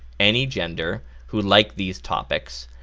any gender, who like these topics,